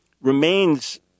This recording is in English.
remains